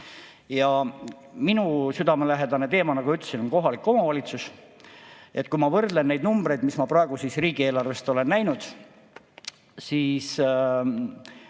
Minule südamelähedane teema, nagu ütlesin, on kohalik omavalitsus. Kui ma võrdlen neid numbreid, mis ma praegu riigieelarves olen näinud, siis